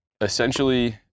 Essentially